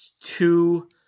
two